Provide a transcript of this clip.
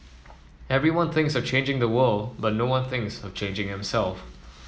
everyone thinks of changing the world but no one thinks of changing himself